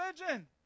religion